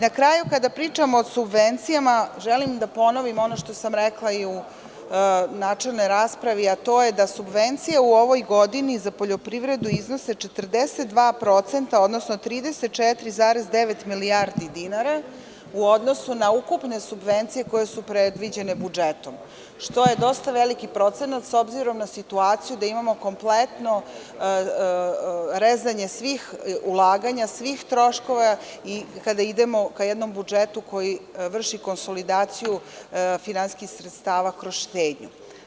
Na kraju, kada pričamo o subvencijama, želim da ponovim ono što sam rekla u načelnoj raspravi, a to je da subvencije u ovoj godini za poljoprivredu iznose 42%, odnosno 34,9 milijardi dinara u odnosu na ukupne subvencije koje su predviđene budžetom, što je dosta veliki procenat, s obzirom na situaciju da imamo kompletno rezanje svih ulaganja, svih troškova i kada idemo ka jednom budžetu koji vrši konsolidaciju finansijskih sredstava kroz štednju.